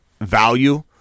value